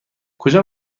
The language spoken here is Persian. کجا